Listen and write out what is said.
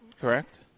correct